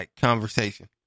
conversation